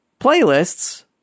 playlists